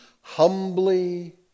humbly